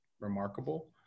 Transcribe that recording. remarkable